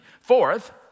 Fourth